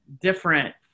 different